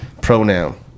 pronoun